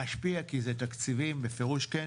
משפיע, כי זה תקציבים, בפירוש כן.